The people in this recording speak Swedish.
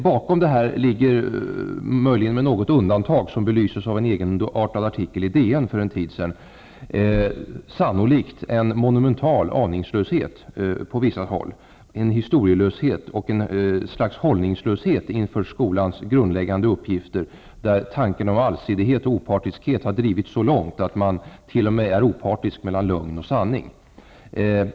Bakom detta ligger, möjligen med något undantag som belyses av en egenartad artikel i Dagens Nyhe ter för en tid sedan, sannolikt en monumental aningslöshet på vissa håll, en historielöshet, ett slags hållningslöshet inför skolans grundläggande uppgifter, där tanken om allsidighet och opartisk het har drivits så långt att man t.o.m. är opartisk i fråga om lögn och sanning.